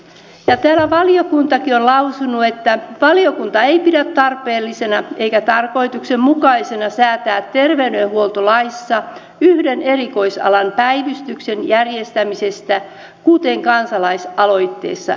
täällä valiokuntakin on lausunut että valiokunta ei pidä tarpeellisena eikä tarkoituksenmukaisena säätää terveydenhuoltolaissa yhden erikoisalan päivystyksen järjestämisestä kuten kansalaisaloitteessa esitetään